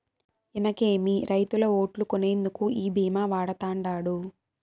ఇనకేమి, రైతుల ఓట్లు కొనేందుకు ఈ భీమా వాడతండాడు